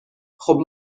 خوب